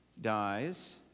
dies